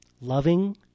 Loving